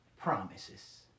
promises